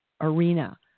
arena